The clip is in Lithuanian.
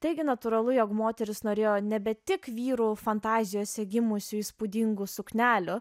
taigi natūralu jog moteris norėjo nebe tik vyrų fantazijose gimusių įspūdingų suknelių